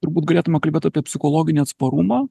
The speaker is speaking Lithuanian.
turbūt galėtume kalbėt apie psichologinį atsparumą